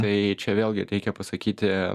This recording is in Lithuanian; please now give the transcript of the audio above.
tai čia vėlgi reikia pasakyti